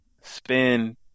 spend